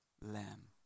lamb